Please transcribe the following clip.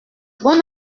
bonne